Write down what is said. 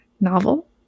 novel